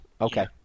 Okay